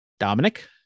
Dominic